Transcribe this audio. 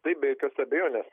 taip be jokios abejonės